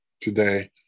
today